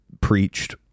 preached